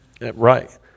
Right